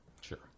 Sure